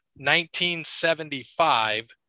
1975